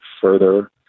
further